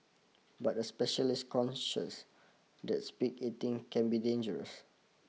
but a specialist conscious that speed eating can be dangerous